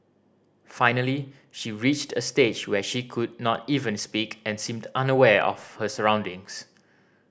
finally she reached a stage when she could not even speak and seemed unaware of her surroundings